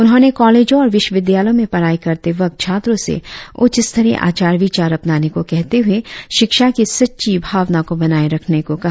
उन्होंने कालेजों और विश्वविद्यालयों में पढ़ाई करते वक्त छात्रों से उच्च स्तरीय आचार विचार अपनाने को कहते हुए शिक्षा की सच्ची भावना को बनाए रखने को कहा